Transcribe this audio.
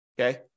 okay